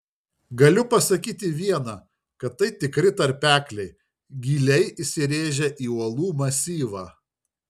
galiu pasakyti viena kad tai tikri tarpekliai giliai įsirėžę į uolų masyvą